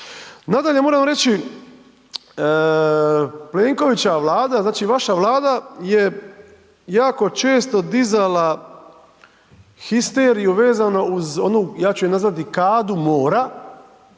Nadalje, moram reći, Plenkovićeva Vlada, znači, vaša Vlada je jako često dizala histeriju vezano uz onu, ja ću je nazvati dikadu mora